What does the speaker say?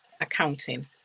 Accounting